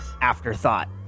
afterthought